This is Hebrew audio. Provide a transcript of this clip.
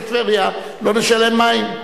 בטבריה לא נשלם מים.